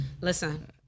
Listen